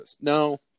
No